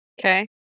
Okay